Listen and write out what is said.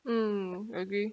mm agree